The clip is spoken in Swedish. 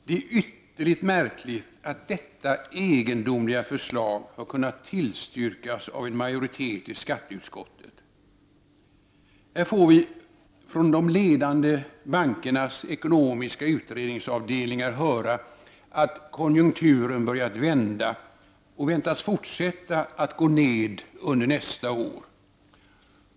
Det är ytterligt märkligt att detta egendomliga förslag har kunnat tillstyrkas av en majoritet i skatteutskottet. Här får vi från de ledande bankernas ekonomiska utredningsavdelningar höra att konjunkturen börjat vända och väntas fortsätta att gå ned under nästa år.